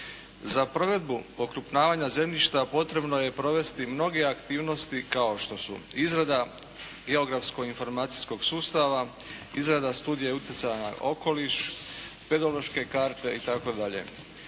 Za provedbu okrupnjavanja zemljišta potrebno je provesti mnoge aktivnosti kao što su izrada geografsko informacijskog sustava, izrada studija utjecaja na okoliš, pedološke karte itd.